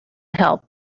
help